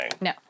No